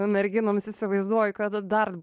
o merginoms įsivaizduoju kad dar